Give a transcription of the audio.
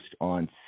on